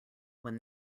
when